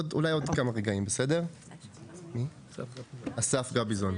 200 אסף גביזון.